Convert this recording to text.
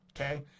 Okay